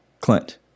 Clint